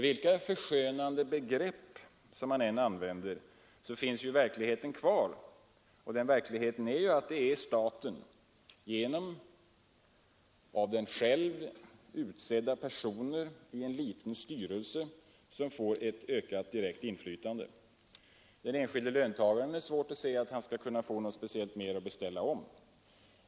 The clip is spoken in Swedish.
Vilka förskönande begrepp man än använder finns verkligheten kvar, och den verkligheten är ju att det är staten — genom av den själv utsedda personer i en liten styrelse — som får ett ökat direkt inflytande. Det är svårt att se att den enskilde löntagaren får något mer att bestämma om.